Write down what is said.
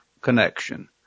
connection